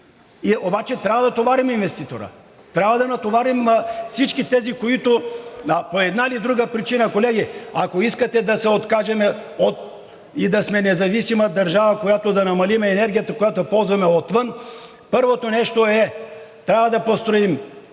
обаче трябва да товарим инвеститора. Трябва да натоварим всички тези, които по една или друга причина… Колеги, ако искате да се откажем и да сме независима държава, която да намали енергията, която ползваме отвън, първото нещо е да построим